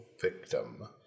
victim